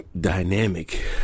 Dynamic